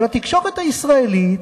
אבל התקשורת הישראלית,